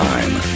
time